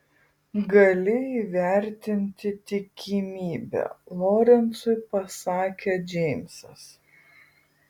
gali įvertinti tikimybę lorencui pasakė džeimsas